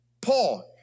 Paul